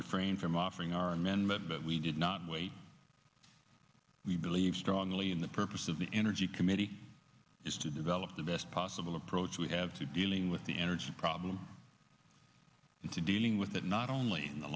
refrain from offering our amendment but we did not wait we believe strongly in the purpose of the energy committee is to develop the best possible approach we have to dealing with the energy problem and to dealing with it not only in the